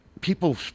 people